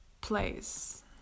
place